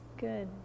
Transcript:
Good